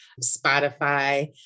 Spotify